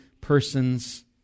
persons